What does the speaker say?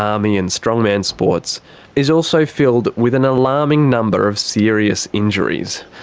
army, and strongman sports is also filled with an alarming number of serious injuries.